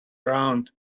round